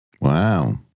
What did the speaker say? Wow